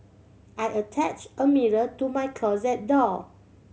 I attach a mirror to my closet door